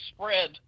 spread